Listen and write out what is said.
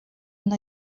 una